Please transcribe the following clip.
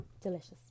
delicious